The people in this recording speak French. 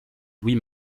louis